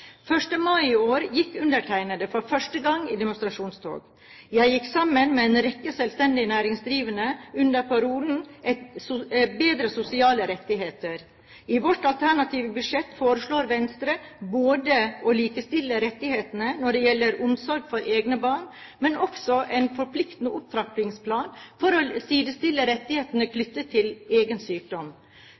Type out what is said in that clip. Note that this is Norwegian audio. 1. mai i år gikk jeg for første gang i demonstrasjonstog. Jeg gikk sammen med en rekke selvstendig næringsdrivende under parolen om bedre sosial rettigheter. I sitt alternative budsjett foreslår Venstre både å likestille rettighetene når det gjelder omsorg for egne barn, og en forpliktende opptrappingsplan for å sidestille rettighetene knyttet til egen sykdom.